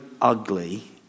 ugly